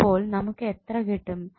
അപ്പോൾ നമുക്ക് എത്ര കിട്ടും